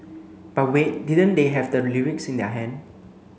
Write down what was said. but wait didn't they have the lyrics in their hand